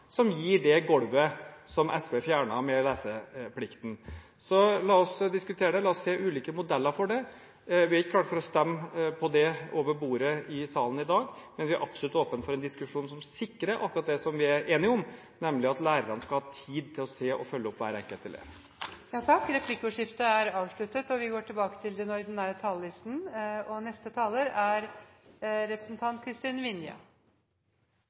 som gir det golvet som SV fjernet med leseplikten. La oss diskutere det, la oss se på ulike modeller for det. Vi er ikke klar for å stemme på det over bordet i salen i dag, men vi er absolutt åpne for en diskusjon som sikrer akkurat det som vi er enige om, nemlig at lærerne skal ha tid til å se og følge opp hver enkelt elev. Replikkordskiftet er omme. «Dette er et sterkt forskningsbudsjett. Vi må se dette offensive forslaget til